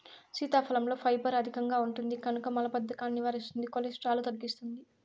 సీతాఫలంలో ఫైబర్ అధికంగా ఉంటుంది కనుక మలబద్ధకాన్ని నివారిస్తుంది, కొలెస్ట్రాల్ను తగ్గిస్తుంది